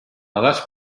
araç